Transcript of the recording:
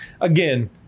again